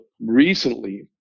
recently